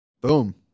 Boom